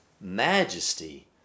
majesty